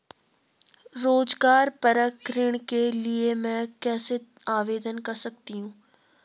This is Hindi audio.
रोज़गार परक ऋण के लिए मैं कैसे आवेदन कर सकतीं हूँ?